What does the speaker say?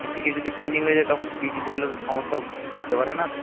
ticket যদি pending হয়ে যায় তখন টিটি ধরলে তো সমস্যা হতে পারে না